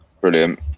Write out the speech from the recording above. Brilliant